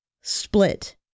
split